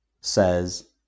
says